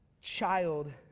child